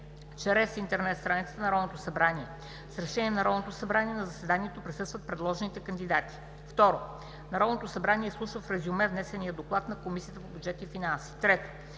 чрез интернет страницата на Народното събрание. С решение на Народното събрание на заседанието присъстват предложените кандидати. 2. Народното събрание изслушва в резюме внесения доклад на Комисията по бюджет и финанси. 3.